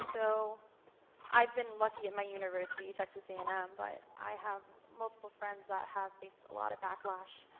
so i've been lucky at my university, texas a and m, but i have multiple friends that have faced a lot of backlash,